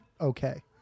okay